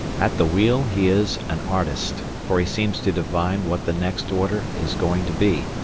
at the wheel he is an artist, for he seems to divine what the next order is going to be,